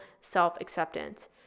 self-acceptance